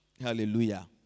Hallelujah